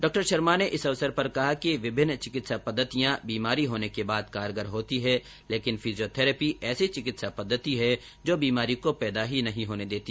डॉ शर्मा ने इस अवसर पर कहा कि विभिन्न चिकित्सा पद्वतियां बीमारी होने के बाद कारगर होती है लेकिन फिजियोथैरेपी ऐसी चिकित्सा पद्धति है जो बीमारी को पैदा ही नहीं होने देती